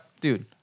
Dude